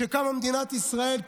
כשקמה מדינת ישראל,